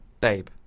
Babe